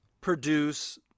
produce